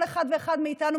כל אחד ואחד מאיתנו,